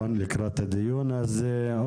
לקראת הדיון הזה.